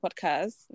podcast